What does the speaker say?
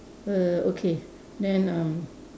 err okay then um